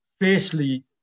fiercely